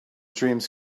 dreams